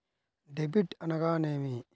Debit అనగానేమి?